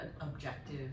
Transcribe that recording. objective